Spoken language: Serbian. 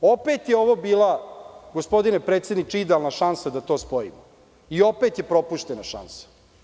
Opet je ovo bila, gospodine predsedniče, idealna šansa da to spojimo i opet je propuštena šansa.